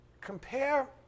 Compare